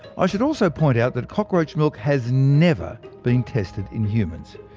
i should also point out that cockroach milk has never been tested in humans,